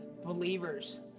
believers